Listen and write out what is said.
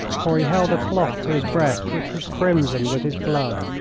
for he held a cloth to his breast which was crimson with his blood.